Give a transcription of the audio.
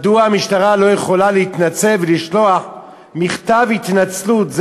מדוע המשטרה לא יכולה להתנצל ולשלוח מכתב התנצלות?